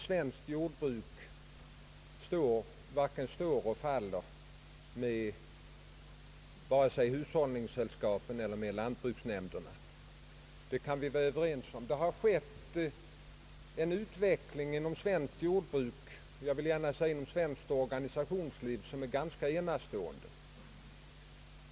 Svenskt jordbruk varken står eller faller med hushållningssällskapen eller lantbruksnämnderna. Det kan vi väl vara Överens om. Det har skett en utveckling inom svenskt jordbruk — jag vill gärna säga inom svenskt organisationsliv — som är ganska enastående.